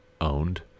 owned